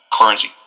currency